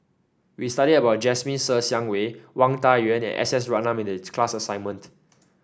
we studied about Jasmine Ser Xiang Wei Wang Dayuan and S S Ratnam in the class assignment